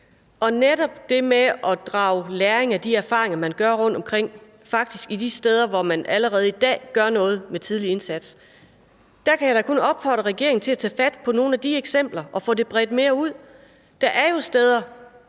til netop det med at drage læring af de erfaringer, man gør rundtomkring, faktisk de steder, hvor man allerede i dag gør noget med tidlig indsats, så kan jeg da kun opfordre regeringen til at tage fat på nogle af de eksempler og få det bredt mere ud. Der er jo steder,